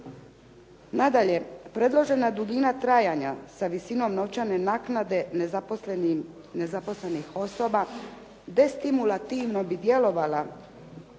Nadalje, predložena duljina trajanja sa visinom novčane naknade nezaposlenih osoba destimulativno bi djelovala